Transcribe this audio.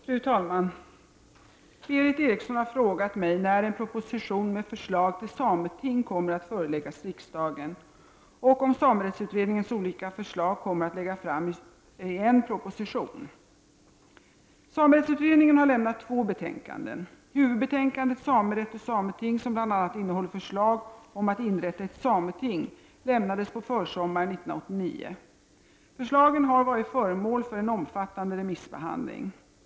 Fru talman! Berith Eriksson har frågat mig när en proposition med förslag till sameting kommer att föreläggas riksdagen och om samerättsutredningens olika förslag kommer att läggas fram i en proposition. Samerättsutredningen har lämnat två betänkanden. Huvudbetänkandet ”Samerätt och sameting”, som bl.a. innehåller förslag om att inrätta ett sameting, lämnades på försommaren 1989. Förslagen har varit föremål för en omfattande remissbehandling.